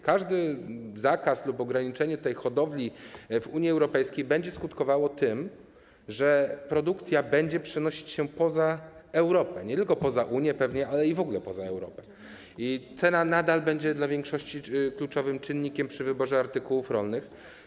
Każdy zakaz lub każde ograniczenie tej hodowli w Unii Europejskiej będzie skutkowało tym, że produkcja będzie przenosić się poza Europę - pewnie nie tylko poza Unię, ale w ogóle poza Europę - i cena nadal będzie dla większości kluczowym czynnikiem przy wyborze artykułów rolnych.